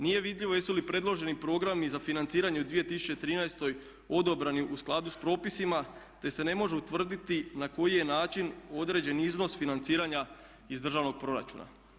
Nije vidljivo jesu li predloženi programi za financiranje u 2013. odobreni u skladu s propisima, te se ne može utvrditi na koji je način određen iznos financiranja iz državnog proračuna.